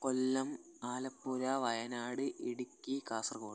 Kollam Alappuzha Wayanad Idukki Kasaragod